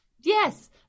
Yes